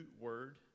word